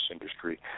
industry